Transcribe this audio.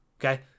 Okay